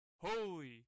Holy